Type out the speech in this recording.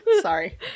sorry